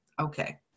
okay